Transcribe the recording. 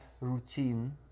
routine